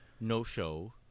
no-show